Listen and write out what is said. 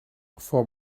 for